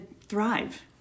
thrive